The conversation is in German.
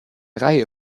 reihe